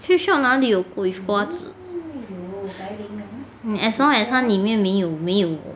cake shop 哪里有 with 瓜子 as long as 他里面没有没有